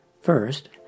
first